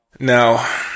Now